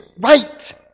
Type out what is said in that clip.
right